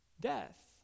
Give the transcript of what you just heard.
death